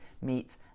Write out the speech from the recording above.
meet